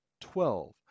twelve